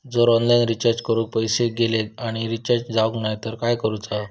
जर online recharge करून पैसे गेले आणि रिचार्ज जावक नाय तर काय करूचा?